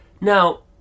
Now